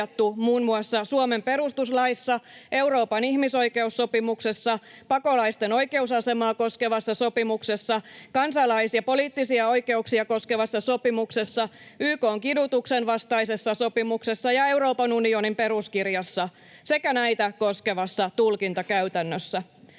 muun muassa Suomen perustuslaissa, Euroopan ihmisoikeussopimuksessa, pakolaisten oikeusasemaa koskevassa sopimuksessa, kansalais- ja poliittisia oikeuksia koskevassa sopimuksessa, YK:n kidutuksen vastaisessa sopimuksessa ja Euroopan unionin peruskirjassa sekä näitä koskevassa tulkintakäytännössä.